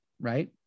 right